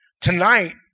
tonight